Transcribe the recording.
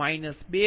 5 2